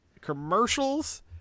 commercials